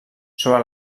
sobre